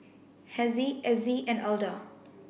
Hezzie Azzie and Alda